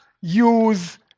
use